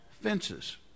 fences